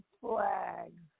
flags